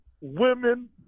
women